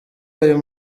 ayo